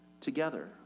together